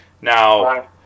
Now